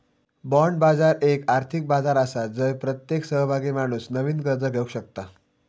bond बाजार एक आर्थिक बाजार आसा जय प्रत्येक सहभागी माणूस नवीन कर्ज घेवक शकता